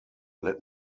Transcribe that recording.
let